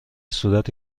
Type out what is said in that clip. صورت